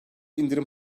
indirim